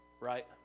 right